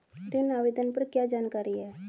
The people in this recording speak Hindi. ऋण आवेदन पर क्या जानकारी है?